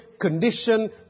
condition